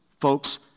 folks